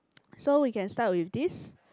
so we can start with this